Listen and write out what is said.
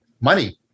money